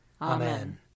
Amen